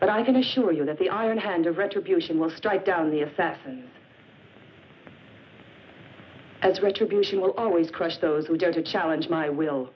but i can assure you that the iron hand of retribution will strike down the assassin as retribution will always crush those who go to challenge my w